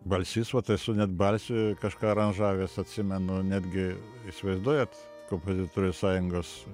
balsys vat esu net balsiui kažką aranžavęs atsimenu netgi įsivaizduojat kompozitorių sąjungos